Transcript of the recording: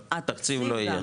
תקציב לא יהיה,